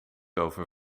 over